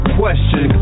question